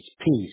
peace